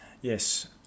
Yes